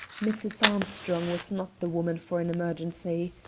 mrs. armstrong was not the woman for an emergency.